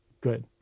good